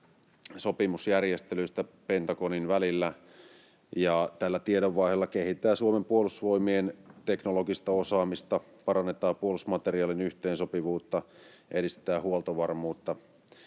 sopimusjärjestelyistä Pentagonin välillä, ja tällä tiedonvaihdolla kehitetään Suomen puolustusvoimien teknologista osaamista, parannetaan puolustusmateriaalien yhteensopivuutta ja edistetään huoltovarmuutta.